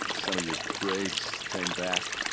some of your. braves. came back.